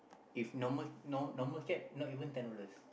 if normal normal normal cab not even ten dollars